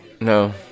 No